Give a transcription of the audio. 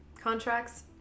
contracts